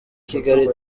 kigali